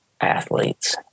athletes